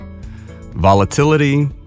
Volatility